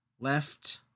left